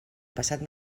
passat